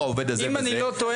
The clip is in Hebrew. העובד הזה והזה --- אם אני לא טועה,